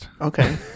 okay